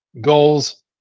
goals